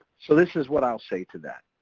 so this is what i'll say to that.